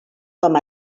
com